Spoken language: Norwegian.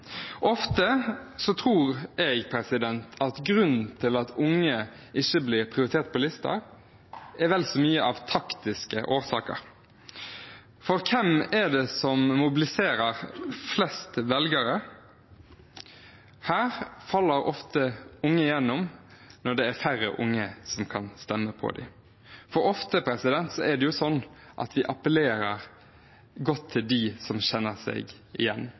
Ofte tror jeg at det at unge ikke blir prioritert på lister, er vel så mye av taktiske årsaker. For hvem er det som mobiliserer flest velgere? Her faller ofte unge igjennom når det er færre unge som kan stemme på dem, for ofte er det sånn at vi appellerer godt til dem som kjenner seg igjen